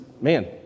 man